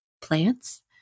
plants